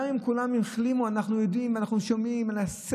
גם אם כולם החלימו,